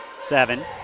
Seven